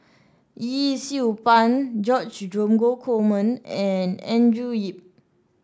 Yee Siew Pun George Dromgold Coleman and Andrew Yip